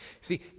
See